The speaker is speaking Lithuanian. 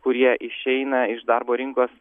kurie išeina iš darbo rinkos